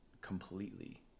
completely